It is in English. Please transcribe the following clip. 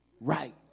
right